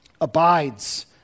abides